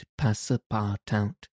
Passapartout